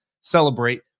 celebrate